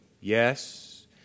Yes